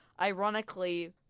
Ironically